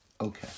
Okay